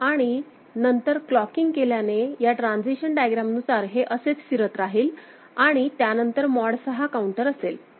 आणि नंतर क्लॉकिंग केल्याने या ट्रान्सिशन डायग्राम नुसार हे असेच फिरत राहील आणि त्यानंतर मॉड 6 काउंटर असेल